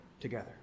together